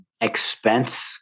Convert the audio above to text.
expense